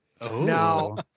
Now